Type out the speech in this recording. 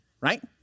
Right